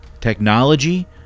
Technology